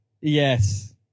Yes